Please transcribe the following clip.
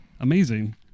Amazing